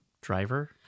Driver